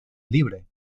libre